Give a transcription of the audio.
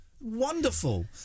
Wonderful